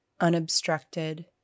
unobstructed